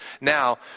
now